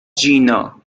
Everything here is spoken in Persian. جینا